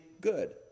good